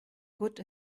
good